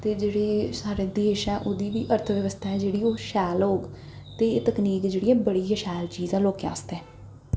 ते जेह्ड़ी साढ़ा देश ऐ ओह्दी अर्थ बवस्था ऐ जेह्ड़ी ओह् शैल होग ते एह् तकनीक जेह्ड़ी ऐ बड़ी गै शैल चीज ऐ लोकैं आस्तै